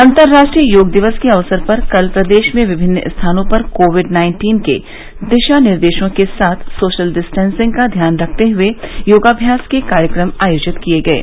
अंतर्राष्ट्रीय योग दिवस के अवसर पर कल प्रदेश में विभिन्न स्थानों पर कोविड नाइन्टीन के दिशा निर्देशों के साथ सोशल डिस्टेंसिंग का ध्यान रखते हुए योगाभ्यास के कार्यक्रम आयोजित किये गये